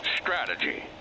strategy